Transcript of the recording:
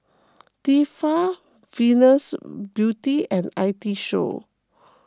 Tefal Venus Beauty and I T Show